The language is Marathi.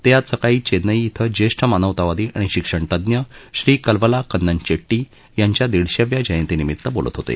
ते आज सकाळी चेन्नई क्वें ज्येष्ठ मानवतावादी आणि शिक्षण तज्ञ श्री कल्वला कन्नन चेट्टी यांच्या दीडशेव्या जयंतीनिमित्त बोलत होते